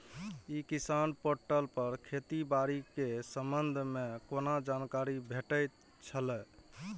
ई किसान पोर्टल पर खेती बाड़ी के संबंध में कोना जानकारी भेटय छल?